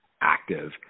active